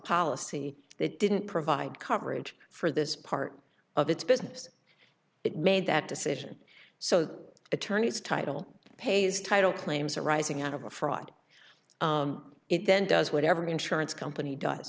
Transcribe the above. policy that didn't provide coverage for this part of its business it made that decision so the attorney's title pays title claims arising out of a fraud if then does whatever the insurance company does